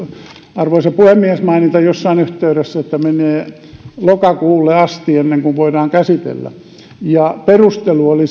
arvoisa puhemies mainita jossain yhteydessä että menee lokakuulle asti ennen kuin voidaan käsitellä ja perustelu sille oli